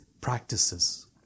practices